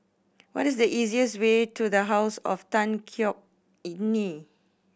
what is the easiest way to The House of Tan Yeok Nee